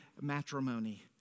matrimony